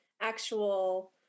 actual